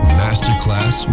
masterclass